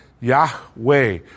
Yahweh